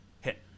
Hit